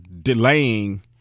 delaying